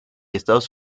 estados